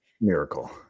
Miracle